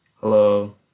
Hello